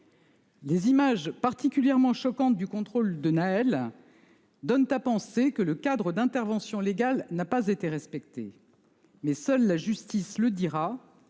Des images particulièrement choquantes du contrôle de Nahel donnent à penser que le cadre d'intervention légal n'a pas été respecté. Mais seule la justice le dira